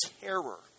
terror